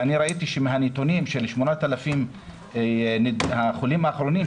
ואני ראיתי מהנתונים של 8,000 החולים האחרונים,